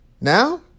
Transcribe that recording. Now